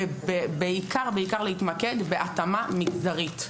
ובעיקר בעיקר להתמקד בהתאמה מגזרית.